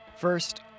First